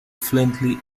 fluently